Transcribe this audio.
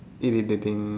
irritating